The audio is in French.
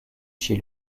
chez